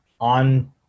on